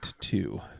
two